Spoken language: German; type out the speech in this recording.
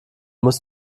muss